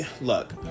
look